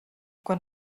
quan